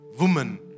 woman